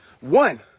one